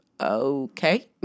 okay